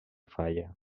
falla